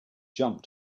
jump